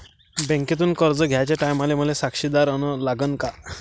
बँकेतून कर्ज घ्याचे टायमाले मले साक्षीदार अन लागन का?